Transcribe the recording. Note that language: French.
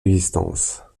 l’existence